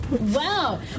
Wow